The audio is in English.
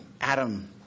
Adam